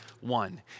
one